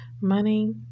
money